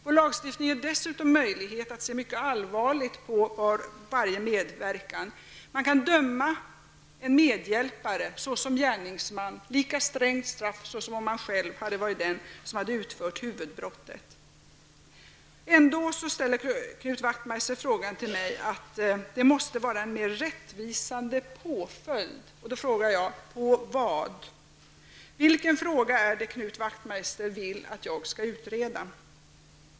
Vår lagstiftning ger dessutom möjlighet att se mycket allvarligt på varje medverkan. Man kan döma en medhjälpare till ett lika strängt straff som han hade fått om han själv hade varit den som utfört huvudbrottet. Knut Wachtmeister ställer ändå frågan till mig om att det måste vara en mer rättvisande påföljd. Då frågar jag: På vad? Vilken fråga är det Knut Wachtmeister vill att jag skall utreda?